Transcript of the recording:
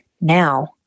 now